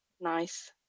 nice